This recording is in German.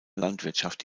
landwirtschaft